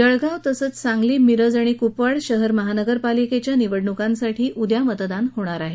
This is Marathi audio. जळगांव तसंच सांगली मिरज आणि कुपवाड शहर महानगरपालिकेच्या निवडणूकांसाठी उद्या मतदान होणार आहे